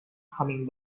coming